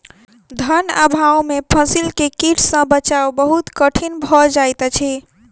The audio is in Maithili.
धन अभाव में फसील के कीट सॅ बचाव बहुत कठिन भअ जाइत अछि